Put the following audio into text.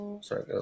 sorry